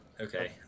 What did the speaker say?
Okay